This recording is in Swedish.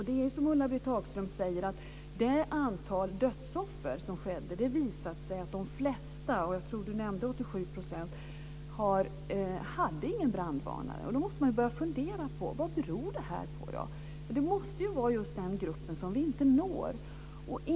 Det är som Ulla-Britt Hagström säger att det har visat sig att de flesta dödsoffer inte hade någon brandvarnare. Jag tror att hon nämnde siffran 87 %. Man måste börja fundera på vad det beror på. Det måste vara just den grupp vi inte når.